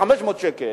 500 שקל,